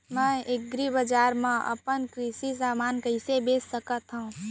मैं एग्रीबजार मा अपन कृषि समान कइसे बेच सकत हव?